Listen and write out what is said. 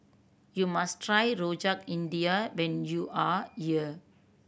you must try Rojak India when you are here